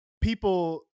people